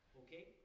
okay